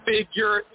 Figure